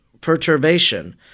perturbation